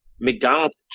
McDonald's